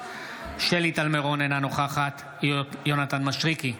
בהצבעה שלי טל מירון, אינה נוכחת יונתן מישרקי,